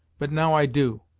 but now i do.